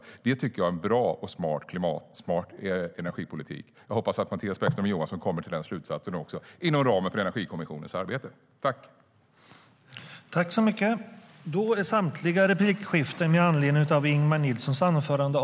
Det tycker jag är en bra och klimatsmart energipolitik. Jag hoppas att Mattias Bäckström Johansson också kommer till denna slutsats inom ramen för Energikommissionens arbete.